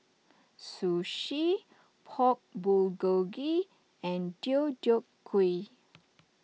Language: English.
Sushi Pork Bulgogi and Deodeok Gui